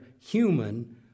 human